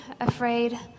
afraid